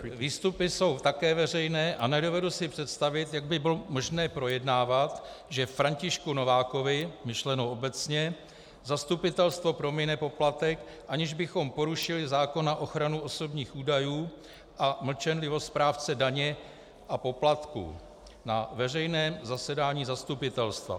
Výstupy jsou také veřejné a nedovedu si představit, jak by bylo možné projednávat, že Františku Novákovi, myšleno obecně, zastupitelstvo promine poplatek, aniž bychom porušili zákon na ochranu osobních údajů a mlčenlivost správce daně a poplatku na veřejném zasedání zastupitelstva.